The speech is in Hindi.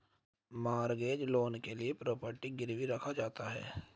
मॉर्गेज लोन के लिए प्रॉपर्टी गिरवी रखा जाता है